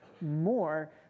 more